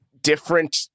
different